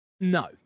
No